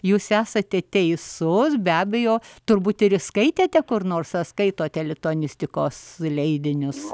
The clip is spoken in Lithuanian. jūs esate teisus be abejo turbūt ir įskaitėte kur nors skaitote lituanistikos leidinius